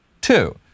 two